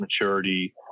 maturity